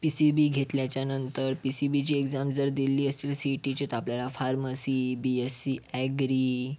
P C B घेतल्याच्यानंतर P C बीची exam जर दिली असेल सी ई टीची तर आपल्याला फार्मसी बी एससी एग्री